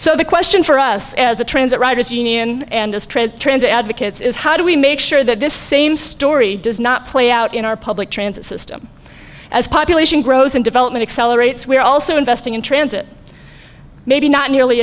so the question for us as a transit riders union and transit advocates is how do we make sure that this same story does not play out in our public transit system as population growth and development accelerates we're also investing in transit maybe not nearly